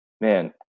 man